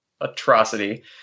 atrocity